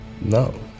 No